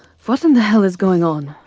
what in the hell is going on?